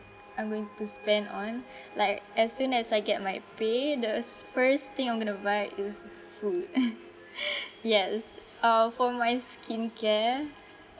I'm going to spend on like as soon as I get my pay the s~ first thing I'm going to buy is food yes uh for my skincare